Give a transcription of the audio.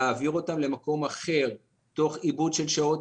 להעביר אותם למקום אחר תוך איבוד שעות,